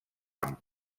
amb